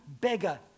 beggar